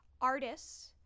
artists